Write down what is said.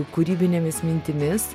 kūrybinėmis mintimis